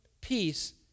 peace